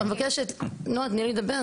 אני מבקשת, נועה, תני לי לדבר.